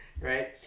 right